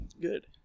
good